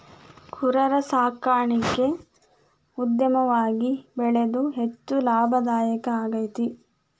ಕುರರ ಸಾಕಾಣಿಕೆ ಉದ್ಯಮವಾಗಿ ಬೆಳದು ಹೆಚ್ಚ ಲಾಭದಾಯಕಾ ಆಗೇತಿ